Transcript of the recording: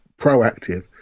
proactive